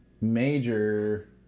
major